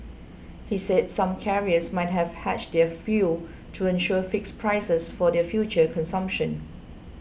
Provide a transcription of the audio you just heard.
he said some carriers might have hedged their fuel to ensure fixed prices for their future consumption